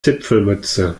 zipfelmütze